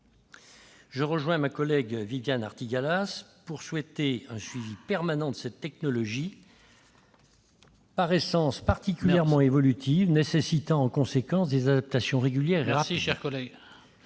Je rejoins ma collègue Viviane Artigalas pour souhaiter un suivi permanent de cette technologie, par essence particulièrement évolutive et nécessitant en conséquence des adaptations régulières. Il faut